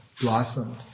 blossomed